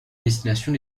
destination